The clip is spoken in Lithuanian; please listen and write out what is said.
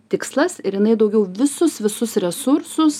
tikslas ir jinai daugiau visus visus resursus